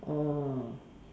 orh